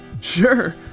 Sure